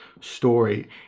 story